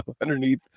underneath